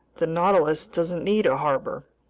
the nautilus doesn't need a harbor.